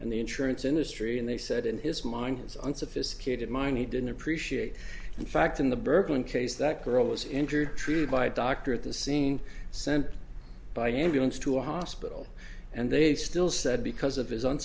and the insurance industry and they said in his mind's unsophisticated mind he didn't appreciate in fact in the burthen case that girl was injured treated by a doctor at the scene sent by ambulance to a hospital and they still said because of his own